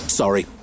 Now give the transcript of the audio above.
sorry